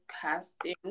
casting